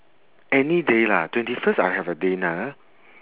any day lah twenty first I have a dinner